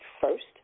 first